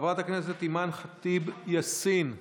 חברת הכנסת אימאן ח'טיב יאסין,